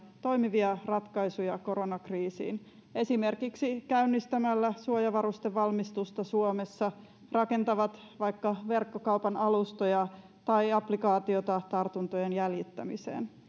toimivia ratkaisuja koronakriisiin esimerkiksi käynnistämällä suojavarustevalmistusta suomessa rakentavat vaikka verkkokaupan alustoja tai applikaatioita tartuntojen jäljittämiseen